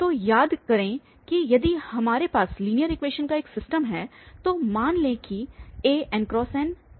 तो याद करें कि यदि हमारे पास लीनियर इक्वेशनस का एक सिस्टम है तो मान लें कि An×nxn×1bn×1 है